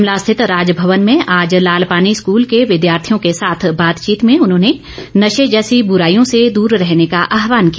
शिमला स्थित राजभवन में आज लालपानी स्कूल के विद्यार्थियों के साथ बातचीत में उन्होंने नशे जैसी ब्राईयों से दूर रहने का आहवान किया